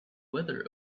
weather